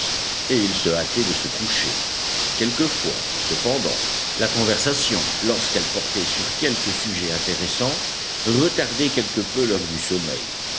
et ils se hâtaient de se coucher quelquefois cependant la conversation lorsqu'elle portait sur quelque sujet intéressant retardait quelque peu l'heure du sommeil